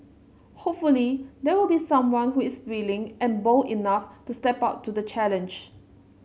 hopefully there will be someone who is willing and bold enough to step up to the challenge